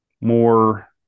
more